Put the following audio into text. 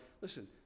Listen